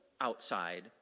outside